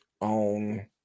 on